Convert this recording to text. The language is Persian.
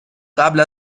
قبل